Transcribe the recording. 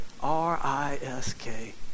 R-I-S-K